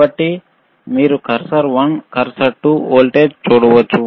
కాబట్టి మీరు cursor 1 cursor 2 voltage చూడవచ్చు